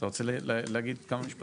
אתה רוצה להגיד כמה משפטים בנושא?